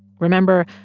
remember,